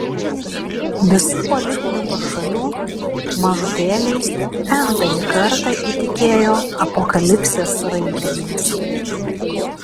visų politinių pašalių mažutėliai n tąjį kartą įtikėjo apokalipsės raiteliais